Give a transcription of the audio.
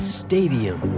stadium